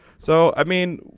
so i mean.